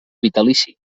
vitalici